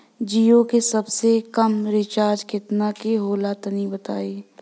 जीओ के सबसे कम रिचार्ज केतना के होला तनि बताई?